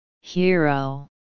Hero